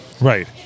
Right